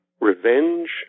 revenge